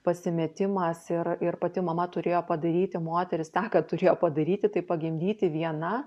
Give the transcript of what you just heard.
pasimetimas ir ir pati mama turėjo padaryti moteris tą ką turėjo padaryti tai pagimdyti viena